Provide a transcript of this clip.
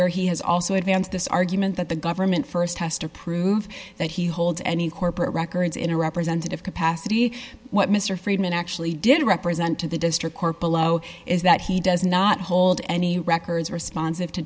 where he has also advanced this argument that the government st has to prove that he holds any corporate records in a representative capacity what mr friedman actually did represent to the district court below is that he does not hold any records responsive to